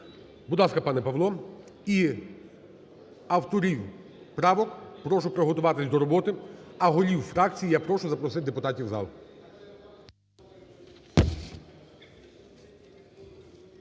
Будь ласка, пане Павло. І авторів правок прошу приготуватися до роботи, а готів фракцій я прошу запросити депутатів у зал.